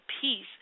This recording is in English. peace